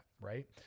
right